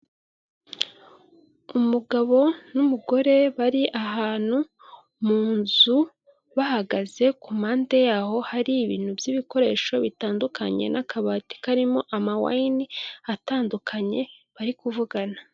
Umugabo n'umugore bari ahantu mu nzu bahagaze, ku mpande yaho hari ibintu by'ibikoresho bitandukanye n'akabati karimo amawayini atandukanye bari kuvugana.